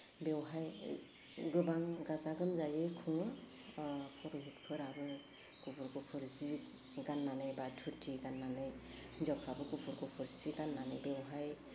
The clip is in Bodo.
बेवहाय गोबां गाजा गोमजायै खुङो पर'हितफोराबो गुफुर गुफुर जि गान्नानै बा धुथि गान्नानै हिन्जावफ्राबो गुफुर गुफुर जि गान्नानै बेवहाय